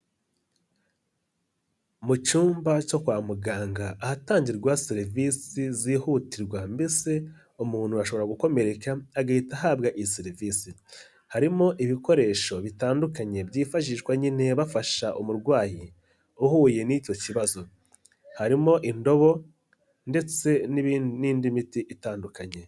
Mu cyumba cyo kwa muganga ahatangirwa serivisi zihutirwa, mbese umuntu ashobora gukomereka agahita ahabwa iyi serivisi. Harimo ibikoresho bitandukanye byifashishwa nyine bafasha umurwayi uhuye n'icyo kibazo, harimo indobo ndetse n'indi miti itandukanye.